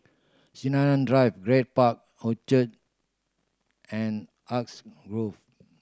Sinaran Drive Grad Park Orchard and Grove